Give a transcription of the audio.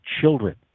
children